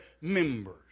members